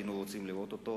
שהיינו רוצים לראות אותו.